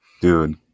Dude